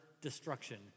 destruction